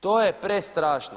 To je prestrašno.